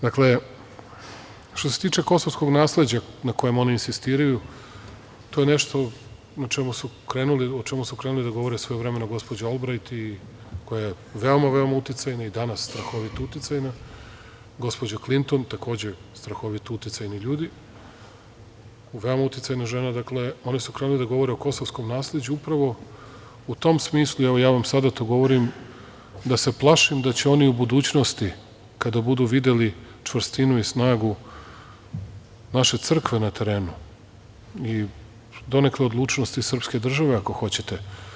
Dakle, što se tiče kosovskog nasleđa, na kojem oni insistiraju to je nešto o čemu su krenuli da govore svojevremeno gospođi Olbrajt, koja je veoma, veoma uticajna i danas strahovito uticajna, gospođa Klinton, takođe strahovito uticajni ljudi i veoma uticajna žena, dakle, oni su krenuli da govore o kosovskom nasleđu upravo u tom smislu i evo, ja vam sada to govorim, da se plašim da će oni u budućnosti kada budu videli čvrstinu i snagu, naše crkve na terenu, i donekle odlučnosti srpske države ako hoćete.